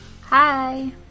Hi